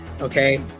Okay